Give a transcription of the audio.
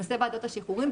נושא ועדת השחרורים,